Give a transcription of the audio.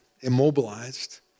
immobilized